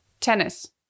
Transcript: tennis